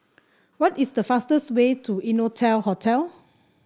what is the fastest way to Innotel Hotel